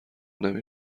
نمی